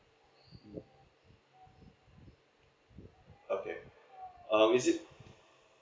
okay um is it